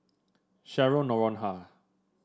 Cheryl Noronha